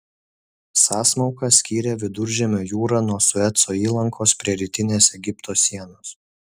sąsmauka skyrė viduržemio jūrą nuo sueco įlankos prie rytinės egipto sienos